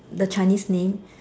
the Chinese name